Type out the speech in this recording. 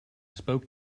spoke